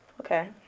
Okay